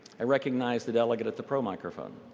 i recognize the delegate at the pro microphone.